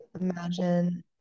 Imagine